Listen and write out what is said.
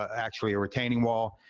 actually, a retaining wall,